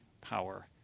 power